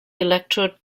electrode